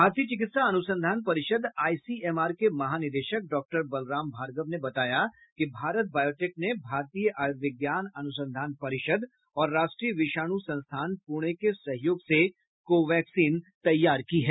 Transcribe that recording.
भारतीय चिकित्सा अनुसंधान परिषद आईसीएमआर के महानिदेशक डॉक्टर बलराम भार्गव ने बताया कि भारत बायोटेक ने भारतीय आयुर्विज्ञान अनुसंधान परिषद और राष्ट्रीय विषाणु संस्थान पुणे के सहयोग से को वैक्सीन तैयार किया है